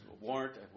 warrant